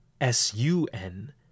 s-u-n